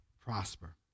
prosper